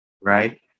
right